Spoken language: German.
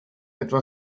etwa